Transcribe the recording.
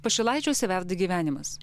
pašilaičiuose verda gyvenimas